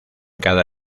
cada